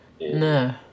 No